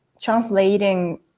translating